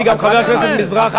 כי גם חבר הכנסת מזרחי יש לו שאלה.